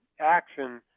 action